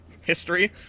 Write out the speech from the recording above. history